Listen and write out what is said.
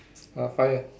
a fire